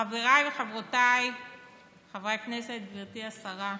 חבריי וחברותיי חברי הכנסת, גברתי השרה,